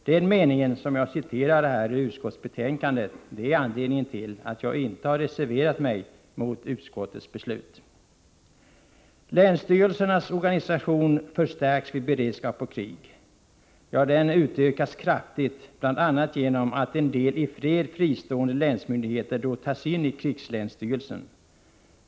Den mening som jag citerade ur utskottsbetänkandet är anledningen till att jag inte har reserverat mig mot utskottets beslut. Länsstyrelsernas organisation förstärks vid beredskap och krig. Ja, den utökas kraftigt bl.a. genom att en del i fred fristående länsmyndigheter då tas in i krigslänsstyrelsen.